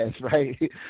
right